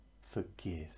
forgive